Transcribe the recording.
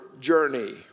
journey